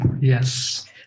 Yes